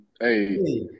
Hey